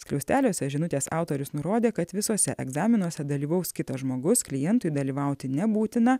skliausteliuose žinutės autorius nurodė kad visuose egzaminuose dalyvaus kitas žmogus klientui dalyvauti nebūtina